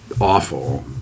awful